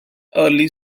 early